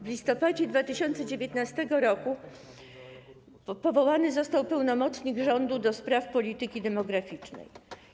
W listopadzie 2019 r. powołany został pełnomocnik rządu do spraw polityki demograficznej.